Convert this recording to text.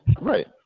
Right